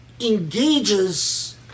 engages